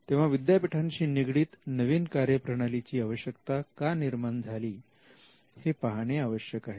तेव्हा विद्यापीठांशी निगडीत नवीन कार्यप्रणाली ची आवश्यकता का निर्माण झाली हे पाहणे आवश्यक आहे